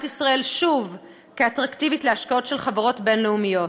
ישראל שוב כאטרקטיבית להשקעות של חברות בין-לאומיות.